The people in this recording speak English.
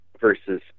versus